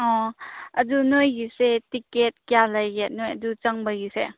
ꯑꯣ ꯑꯗꯨ ꯅꯣꯏꯒꯤꯁꯦ ꯇꯤꯛꯀꯦꯠ ꯀꯌꯥ ꯂꯩꯒꯦ ꯅꯣꯏ ꯑꯗꯨ ꯆꯪꯕꯒꯤꯁꯦ